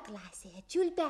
klasėje čiulpia